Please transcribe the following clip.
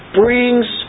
brings